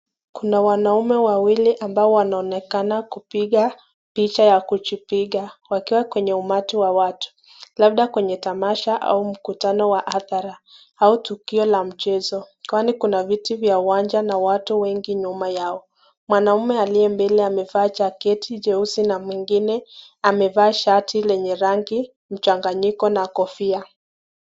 Kuna wanaume wawili ambao wanaonekana kupiga picha ya kujipiga wakiwa kwenye umati wa watu, labda kwenye tamasha au mkutano wa adhara au tukio la mchezo. Kwani kuna viti nya uwanja na watu wengi nyuma yao. Mwanaume aliye mbele amavaa jaketi nyeusi na mwingine amevaa shati lenye rangi mchanganyiko na kofia.